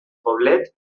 poblet